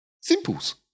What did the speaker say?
Simples